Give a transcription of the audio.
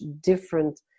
different